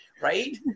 right